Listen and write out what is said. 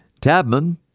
Tabman